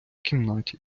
кімнаті